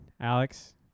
Alex